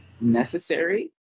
necessary